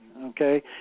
Okay